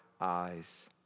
eyes